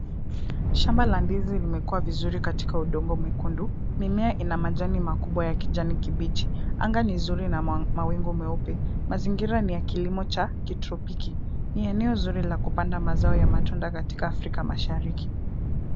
Shamba la ndizi limekua vizuri katika udongo mwekundu, mimea ina majani makubwa ya kijani kibichi. Anga ni zuri na mawingu meupe. Mazingira ni ya kilimo cha kitropiki. Ni eneo zuri la kupanda mazao ya matunda katika afrika mashariki.